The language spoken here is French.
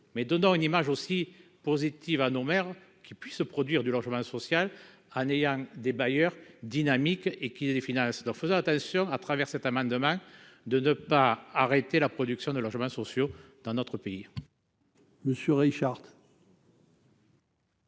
mais donnant une image aussi positive à nos mères qui puisse se produire du logement social n'ayant des bailleurs, dynamique et qui des finances alors faisons attention à travers cet amendement de ne pas arrêter la production de logements sociaux dans notre pays.